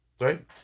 right